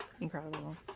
incredible